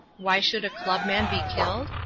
why should a club man be killed?